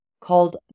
called